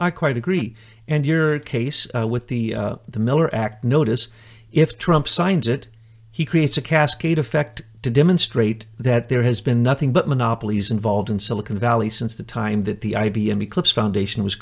i quite agree and your case with the the miller act notice if trump signs it he creates a cascade effect to demonstrate that there has been nothing but monopolies involved in silicon valley since the time that the i b m eclipse foundation was